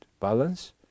balance